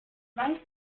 weiß